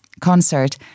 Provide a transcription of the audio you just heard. concert